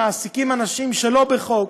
מעסיקים אנשים שלא כחוק.